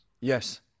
Yes